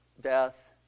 death